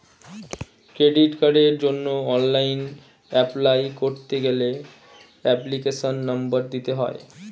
credit কার্ডের জন্য online apply করতে গেলে এপ্লিকেশনের নম্বর দিতে হয়